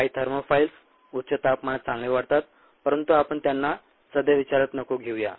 काही थर्मोफाइल्स उच्च तापमानात चांगले वाढतात परंतु आपण त्यांना सध्या विचारात नको घेऊ या